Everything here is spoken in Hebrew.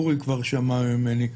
אורי כבר שמע ממני,